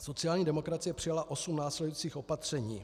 Sociální demokracie přijala osm následujících opatření: